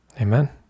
Amen